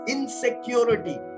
Insecurity